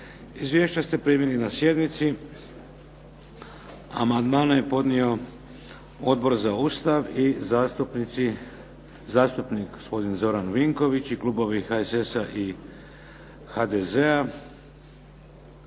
Izvješća ste primili na sjednici. Amandmane je podnio Odbor za Ustav i zastupnik gospodin Zoran Vinković i klubovi HSS-a i HDZ-a.